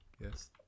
yes